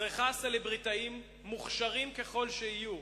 צריכה סלבריטאים, מוכשרים ככל שיהיו,